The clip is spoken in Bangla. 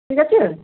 ঠিক আছে